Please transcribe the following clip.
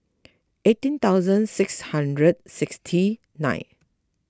eighteen thousand six hundred sixty nine